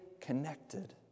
connected